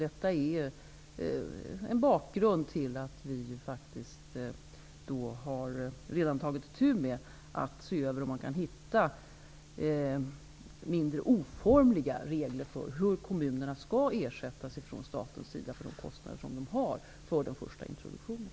Detta är en bakgrund till att vi faktiskt redan har tagit itu med att se över om man kan hitta mindre oformliga regler för hur kommunerna skall ersättas från statens sida för de kostnader som de har för den första introduktionen.